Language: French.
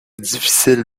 difficile